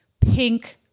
pink